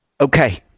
okay